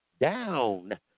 down